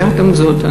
יחד עם זאת,